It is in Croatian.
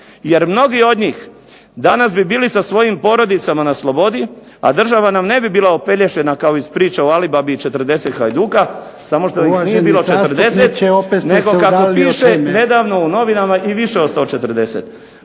jer mnogi od njih danas bi bili sa svojim porodicama na slobodi, a država nam ne bi bila opelješena kao iz priče o Ali Babi i 40 hajduka, samo što ih nije bilo 40… **Jarnjak, Ivan (HDZ)** Uvaženi